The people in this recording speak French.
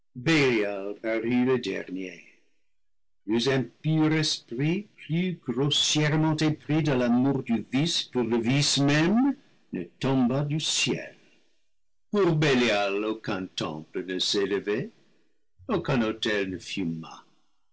dernier plus impur esprit plus grossièrement épris de l'amour du vice pour le vice même ne tomba du ciel pour bélial aucun temple ne s'élevait aucun autel ne fuma